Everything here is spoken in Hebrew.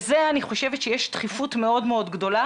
בזה אני חושבת שיש דחיפות מאוד מאוד גדולה.